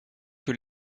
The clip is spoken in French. que